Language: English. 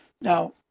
Now